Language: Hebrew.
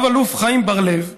רב אלוף חיים בר-לב,